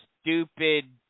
stupid